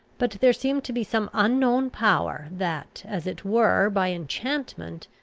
but there seemed to be some unknown power that, as it were by enchantment,